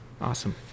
awesome